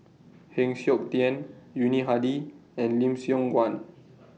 Heng Siok Tian Yuni Hadi and Lim Siong Guan